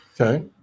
Okay